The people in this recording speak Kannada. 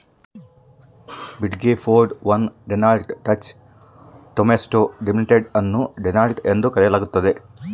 ಬಿಗ್ಡೆ ಫೋರ್ ಒನ್ ನಲ್ಲಿ ಡೆಲಾಯ್ಟ್ ಟಚ್ ಟೊಹ್ಮಾಟ್ಸು ಲಿಮಿಟೆಡ್ ಅನ್ನು ಡೆಲಾಯ್ಟ್ ಎಂದು ಕರೆಯಲಾಗ್ತದ